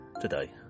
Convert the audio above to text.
today